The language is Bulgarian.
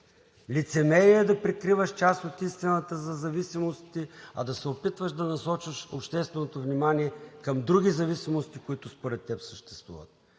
лицемерие е да прикриваш част от истината за зависимостите, а да се опитваш да насочваш общественото внимание към други зависимости, които според теб съществуват.